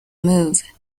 move